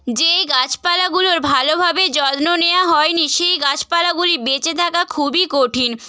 যেই গাছপালাগুলোর ভালোভাবে যত্ন নেওয়া হয়নি সেই গাছপালাগুলি বেঁচে থাকা খুবই কঠিন